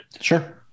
Sure